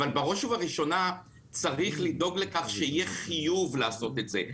אבל בראש ובראשונה צריך לדאוג לכך שיהיה חיוב לעשות את זה.